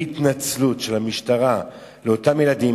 בלי התנצלות של המשטרה לאותם ילדים,